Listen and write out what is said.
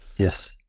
Yes